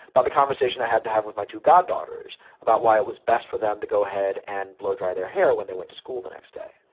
about the conversation i had to have with my two goddaughters about why it was best for them to go ahead and blow-dry their hair when they went to school the next day,